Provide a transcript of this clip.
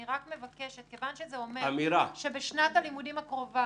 אני רק מבקשת - כיוון שזה אומר שבשנת הלימודים הקרובה